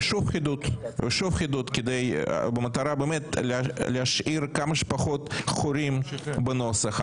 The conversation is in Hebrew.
ושוב חידוד במטרה באמת להשאיר כמה שפחות חורים בנוסח.